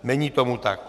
Není tomu tak.